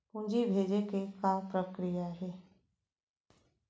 पूंजी भेजे के का प्रक्रिया हे?